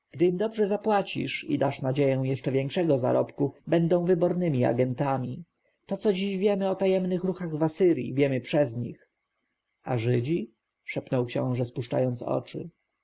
dobrze zapłacisz i dasz nadzieję jeszcze większego zarobku będą wybornymi agentami to co dziś wiemy o tajemnych ruchach w asyrji wiemy przez nich a żydzi szepnął książę spuszczając oczy